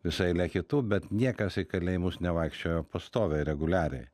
visa eilė kitų bet niekas į kalėjimus nevaikščiojo pastoviai reguliariai